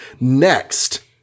Next